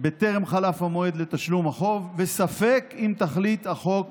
שטרם חלף המועד לתשלום חובו, וספק אם תכלית החוק